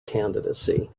candidacy